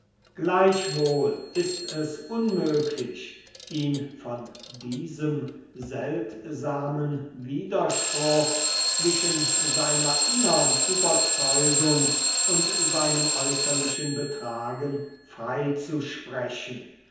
gleichwohl ist es unmöglich ihn von diesem seltsamen widerspruch zwischen seiner innern überzeugung und seinem äußerlichen betragen freizusprechen